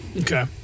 Okay